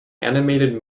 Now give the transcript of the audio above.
animated